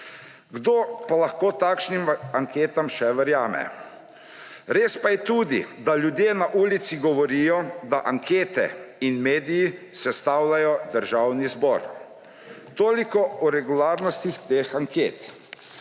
Kdo pa lahko takšnim anketam še verjame? Res pa je tudi, da ljudje na ulici govorijo, da ankete in mediji sestavljajo Državni zbor. Toliko o regularnostih teh anket.